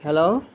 hello